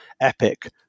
epic